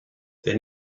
then